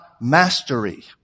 mastery